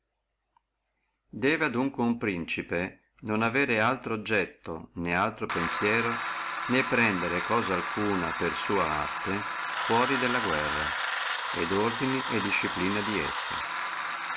debbe adunque uno principe non avere altro obietto né altro pensiero né prendere cosa alcuna per sua arte fuora della guerra et ordini e disciplina di essa